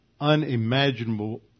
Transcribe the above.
unimaginable